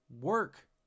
work